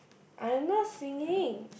I am not singing